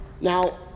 Now